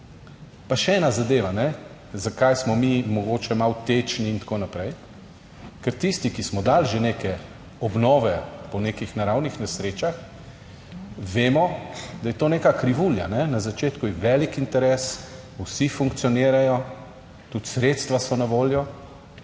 še ena zadeva, zakaj smo mi mogoče malo tečni in tako naprej? Ker tisti, ki smo dali že neke obnove po nekih naravnih nesrečah, vemo, da je to neka krivulja, na začetku je velik interes, vsi funkcionirajo, tudi sredstva so na voljo,